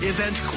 Event